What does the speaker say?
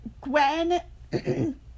Gwen